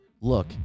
look